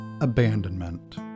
Abandonment